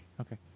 Okay